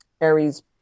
Aries